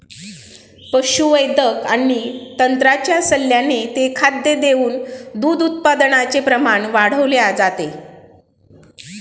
पशुवैद्यक आणि तज्ञांच्या सल्ल्याने ते खाद्य देऊन दूध उत्पादनाचे प्रमाण वाढवले जाते